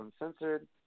Uncensored